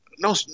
No